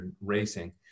racing